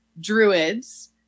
druids